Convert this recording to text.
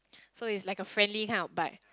so is like a friendly kind of bite